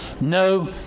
No